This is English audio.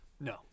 No